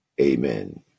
amen